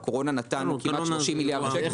בקורונה נתנו 30 מיליארד שקל.